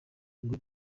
ngo